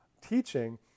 teaching